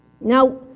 Now